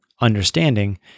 understanding